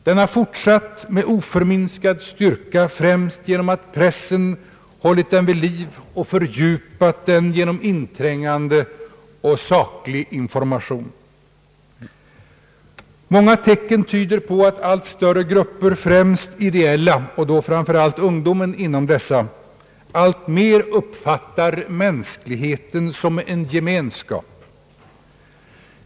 Den har fortsatt med oförminskad styrka, främst genom att pressen hållit den vid liv och fördjupat den genom inträngande och saklig information. Många tecken tyder på att allt större grupper, främst ideella — och framför allt ungdomen inom dessa grupper — alltmer uppfattar mänskligheten som en gemenskap.